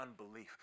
unbelief